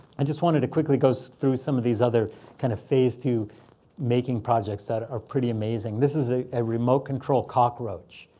and just wanted to quickly goes through some of these other kind of phase two making projects that are pretty amazing. this is a a remote control cockroach.